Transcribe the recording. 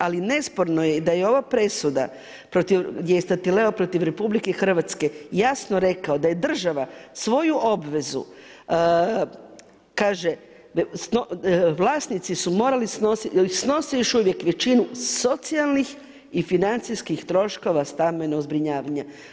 Ali nesporno je i da je ova presuda protiv, gdje je Statileo protiv RH jasno rekao da je država svoju obvezu, kaže, vlasnici su morali snositi, snose još uvijek većinu socijalnih i financijskih troškova stambenog zbrinjavanja.